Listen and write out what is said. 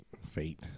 fate